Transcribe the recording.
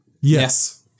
Yes